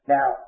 Now